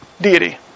Deity